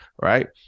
right